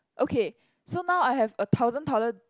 okay so now I have a thousand toll~